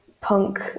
punk